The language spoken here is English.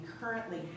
currently